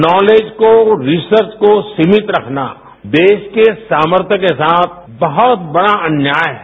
knowledge को research को सीमित रखना देश के सामर्थ्य के साथ बहुत बड़ा अन्याय है